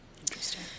Interesting